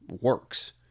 works